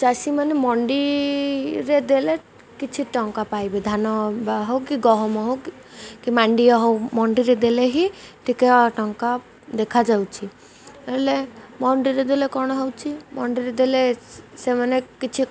ଚାଷୀମାନେ ମଣ୍ଡିରେ ଦେଲେ କିଛି ଟଙ୍କା ପାଇବେ ଧାନ ହଉ କି ଗହମ ହଉ କି କି ମାଣ୍ଡିଆ ହଉ ମଣ୍ଡିରେ ଦେଲେ ହିଁ ଟିକେ ଟଙ୍କା ଦେଖାଯାଉଛି ହେଲେ ମଣ୍ଡିରେ ଦେଲେ କ'ଣ ହେଉଛି ମଣ୍ଡିରେ ଦେଲେ ସେମାନେ କିଛି